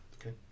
Okay